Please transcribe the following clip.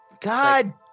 god